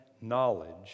knowledge